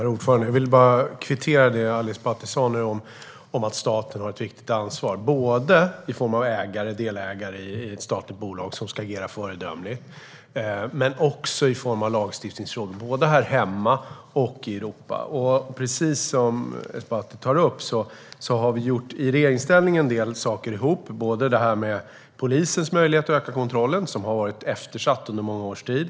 Herr talman! Jag vill bara kvittera det som Ali Esbati sa om att staten har ett viktigt ansvar både i form av ägare eller delägare i statliga bolag som ska agera föredömligt och i form av lagstiftning här hemma och i Europa. Precis som Ali Esbati tar upp har vi i regeringsställning gjort en del saker ihop. Det gäller polisens möjlighet att öka kontrollen, något som har varit eftersatt under många års tid.